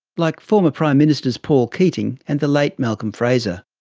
like former prime ministers paul keating and the late malcolm fraser.